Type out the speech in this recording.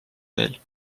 veel